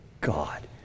God